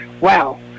wow